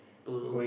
to